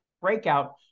breakout